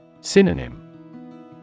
Synonym